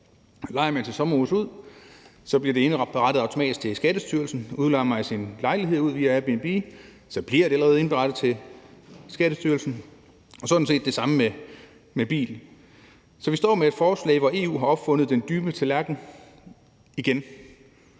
Lejer man sit sommerhus ud, bliver det automatisk indberettet til Skattestyrelsen, lejer man sin lejlighed ud via Airbnb, bliver det allerede indberettet til Skattestyrelsen, og det er sådan set det samme med bilen. Så vi står med et forslag, hvor EU har opfundet den dybe tallerken igen.